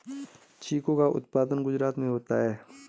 चीकू का उत्पादन गुजरात में होता है